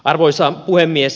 arvoisa puhemies